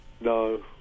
No